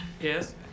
Yes